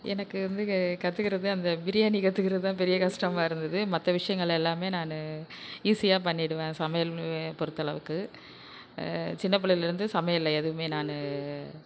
எனக்கு வந்து கத்துக்கிறது அந்த பிரியாணி கத்துக்கிறதுதான் பெரிய கஷ்டமாக இருந்தது மற்ற விஷயங்கள் எல்லாமே நான் ஈஸியாக பண்ணிடுவேன் சமையல் பொறுத்த அளவுக்கு சின்ன பிள்ளைலேர்ந்து சமையல்ல எதுவுமே நான்